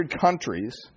countries